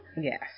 Yes